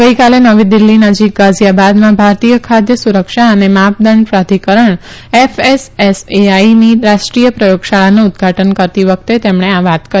ગઈકાલે નવી દિલ્હી નજીક ગાઝીયાબાદમાં ભારતીય ખાદ્ય સુરક્ષા અને માપદંડ પ્રાધિકરણ એફએસએલએઆઈની રાષ્ટ્રીય પ્રયોગશાળાનું ઉદઘાટન કરતી વખતે તેમણે આ વાત કરી